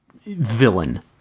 villain